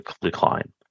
decline